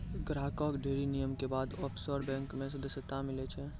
ग्राहक कअ ढ़ेरी नियम के बाद ऑफशोर बैंक मे सदस्यता मीलै छै